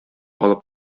алып